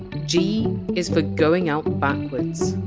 g is for! going out backwards!